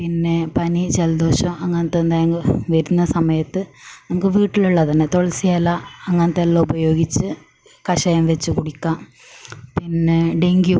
പിന്നെ പനി ജലദോഷം അങ്ങനത്തെ എന്തെങ്കിലും വരുന്ന സമയത്ത് നമുക്ക് വീട്ടിലുള്ളത് തന്നെ തുളസിയില അങ്ങനത്തെ എല്ലാം ഉപയോഗിച്ച് കഷായം വെച്ച് കുടിക്കുക പിന്നെ ഡെങ്കി